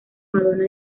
madonna